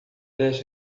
dez